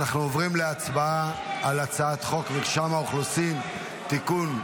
אנחנו עוברים להצבעה על הצעת חוק מרשם האוכלוסין (תיקון,